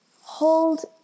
hold